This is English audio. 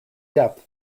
depth